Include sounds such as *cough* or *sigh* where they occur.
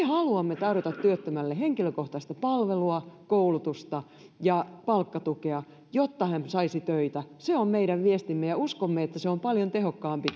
*unintelligible* haluamme tarjota työttömälle henkilökohtaista palvelua koulutusta ja palkkatukea jotta hän saisi töitä se on meidän viestimme ja uskomme että se on paljon tehokkaampi *unintelligible*